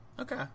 Okay